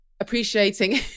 appreciating